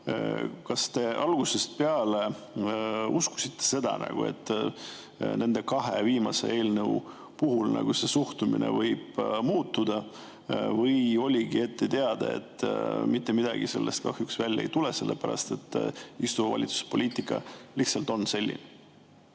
Kas te algusest peale uskusite seda, et nende kahe viimase eelnõu puhul see suhtumine võib muutuda? Või oligi ette teada, et mitte midagi sellest kahjuks välja ei tule, sellepärast et istuva valitsuse poliitika lihtsalt on selline?